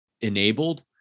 enabled